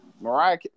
Mariah